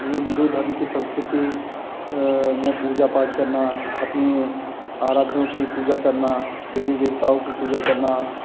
हिन्दू धर्म की संस्कृति में पूजा पाठ करना अपने आराध्यों की पूजा करना देवी देवताओं की पूजा करना